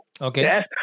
Okay